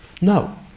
No